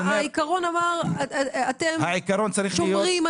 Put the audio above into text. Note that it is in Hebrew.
העיקרון צריך להיות